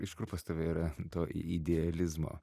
iš kur pas tave yra to idealizmo